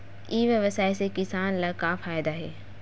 ई व्यवसाय से किसान ला का फ़ायदा हे?